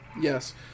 Yes